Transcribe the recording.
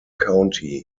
county